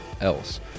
else